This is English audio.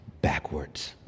backwards